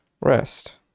rest